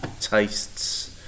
tastes